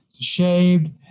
shaved